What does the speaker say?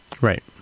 Right